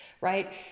right